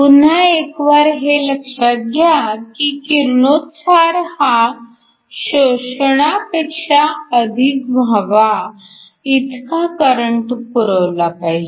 पुन्हा एकवार हे लक्षात घ्या की किरणोत्सार हा शोषणापेक्षा अधिक व्हावा इतका करंट पुरवला पाहिजे